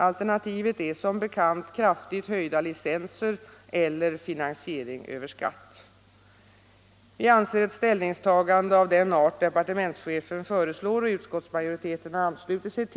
Alternativet är som bekant kraftigt höjda licenser eller finansiering över skatt.